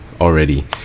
already